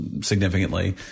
significantly